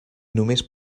només